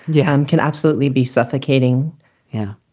yeah and can absolutely be suffocating yeah.